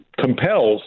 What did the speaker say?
compels